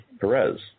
Perez